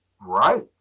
Right